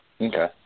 Okay